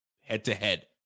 head-to-head